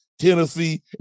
Tennessee